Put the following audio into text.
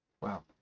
Wow